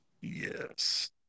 Yes